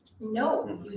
No